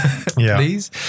please